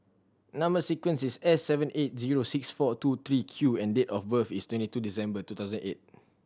number sequence is S seven eight zero six four two three Q and date of birth is twenty two December two thousand eight